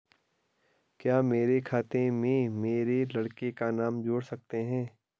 क्या मेरे खाते में मेरे लड़के का नाम जोड़ सकते हैं?